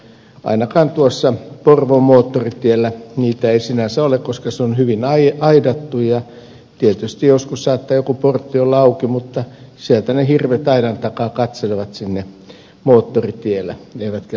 ainakaan tuossa porvoon moottoritiellä niitä ei sinänsä ole koska se on hyvin aidattu ja tietysti joskus saattaa joku portti olla auki mutta sieltä ne hirvet aidan takaa katselevat sinne moottoritielle eivätkä liiku siellä